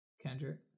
Kendrick